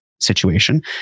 situation